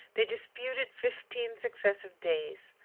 they disputed fifteen successive days,